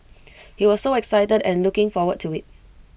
he was so excited and looking forward to IT